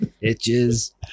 Itches